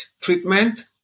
treatment